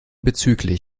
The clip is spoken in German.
bzgl